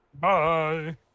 Bye